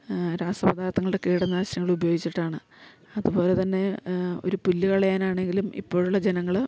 രാസപദാത്ഥങ്ങളുടെ കീടനാശിനികൾ ഉപയോഗിച്ചിട്ടാണ് അതുപോലെ തന്നെ ഒരു പുല്ല് കളയാനാണങ്കിലും ഇപ്പോഴുള്ള ജനങ്ങള്